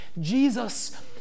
Jesus